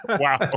Wow